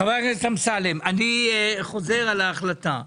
חבר הכנת אמסלם אני חוזר על ההחלטה פה,